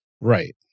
Right